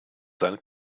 sein